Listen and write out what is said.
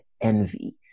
envy